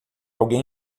alguém